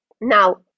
Now